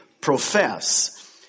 profess